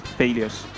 failures